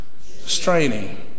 straining